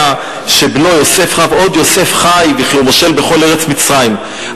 שבנו יוסף חי ושהוא מושל בכל ארץ מצרים.